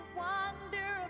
wonder